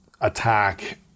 attack